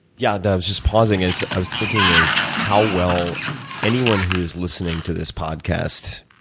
yeah and i was just pausing as i was thinking of how well anyone who is listening to this podcast,